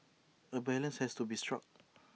A balance has to be struck